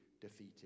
defeated